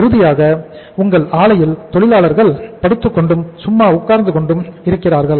இறுதியாக உங்கள் ஆலையில் தொழிலாளர்கள் படுத்துக் கொண்டும் சும்மா உட்கார்ந்து கொண்டும் இருக்கிறார்கள்